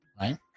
right